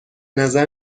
نظر